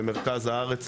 במרכז הארץ,